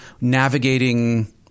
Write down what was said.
navigating